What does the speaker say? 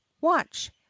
watch